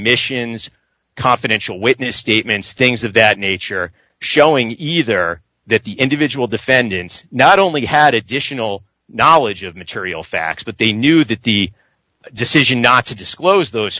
missions confidential witness statements things of that nature showing either that the individual defendants not only had it dition all knowledge of material facts but they knew that the decision not to disclose those